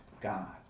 God